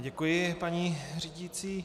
Děkuji, paní řídící.